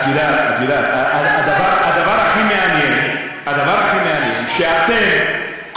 הדבר הכי מעניין שאתם,